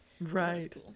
Right